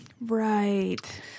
Right